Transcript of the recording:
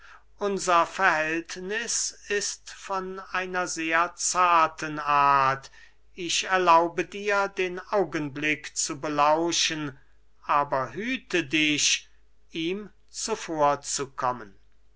unser verhältniß ist von einer sehr zarten art ich erlaube dir den augenblick zu belauschen aber hüte dich ihm zuvorzukommen